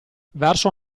verso